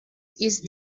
ist